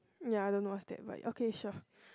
ya I don't know what's that but ya okay sure